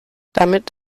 damit